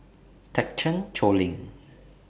Thekchen Choling